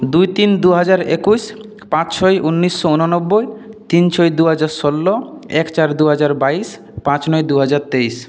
দুই তিন দুহাজার একুশ পাঁচ ছয় উনিশশো উননব্বই তিন ছয় দুহাজার ষোলো এক চার দুহাজার বাইশ পাঁচ নয় দুহাজার তেইশ